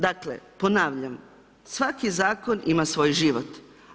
Dakle, ponavljam, svaki zakon ima svoj život.